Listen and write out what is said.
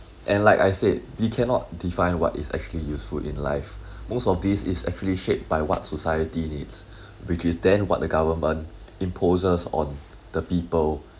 and like I said we cannot define what is actually useful in life most of these is actually shaped by what society needs which is then what the government imposes on the people